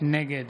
נגד